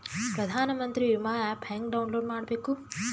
ಪ್ರಧಾನಮಂತ್ರಿ ವಿಮಾ ಆ್ಯಪ್ ಹೆಂಗ ಡೌನ್ಲೋಡ್ ಮಾಡಬೇಕು?